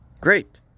Great